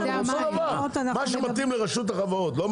מה שמתאים לרשות החברות, לא מתאים לכם?